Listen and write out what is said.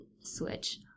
switch